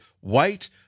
white